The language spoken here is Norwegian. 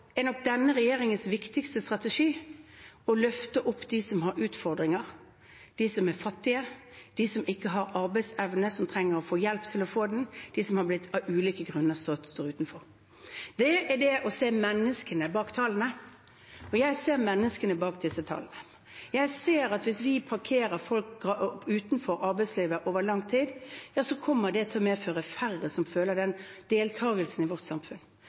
er nok denne regjeringens viktigste strategi å løfte opp de som har utfordringer, de som er fattige, de som ikke har arbeidsevne, som trenger å få hjelp til å få den, de som av ulike grunner står utenfor. Det er det å se menneskene bak tallene, og jeg ser menneskene bak disse tallene. Jeg ser at hvis vi parkerer folk utenfor arbeidslivet over lang tid, kommer det til å medføre færre som føler den deltakelsen i vårt samfunn.